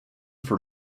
for